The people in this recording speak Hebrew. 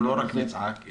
אנחנו לא רק נצעק,